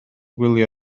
gwylio